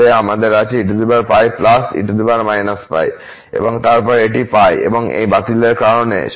লব এ আমাদের আছে eπe−π এবং তারপরএকটি π হয় এই বাতিলের কারণ এ